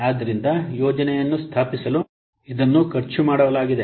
ಆದ್ದರಿಂದ ಯೋಜನೆಯನ್ನು ಸ್ಥಾಪಿಸಲು ಇದನ್ನು ಖರ್ಚು ಮಾಡಲಾಗಿದೆ